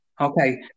Okay